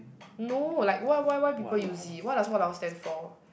no like why why why people use it what does !walao! stand for